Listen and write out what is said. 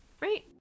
Right